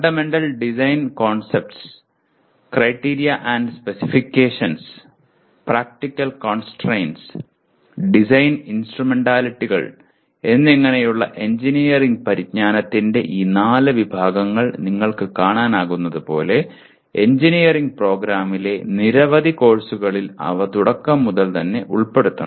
fundamental design concepts criteria and specifications practical constraints design ഇൻസ്ട്രുമെന്റാലിറ്റികൾ എന്നിങ്ങനെയുള്ള engineering പരിജ്ഞാനത്തിന്റെ ഈ നാല് വിഭാഗങ്ങൾ നിങ്ങൾക്ക് കാണാനാകുന്നതുപോലെ എഞ്ചിനീയറിംഗ് പ്രോഗ്രാമിലെ നിരവധി കോഴ്സുകളിൽ അവ തുടക്കം മുതൽ തന്നെ ഉൾപ്പെടുത്തണം